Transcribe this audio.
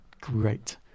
great